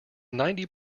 ninety